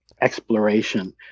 exploration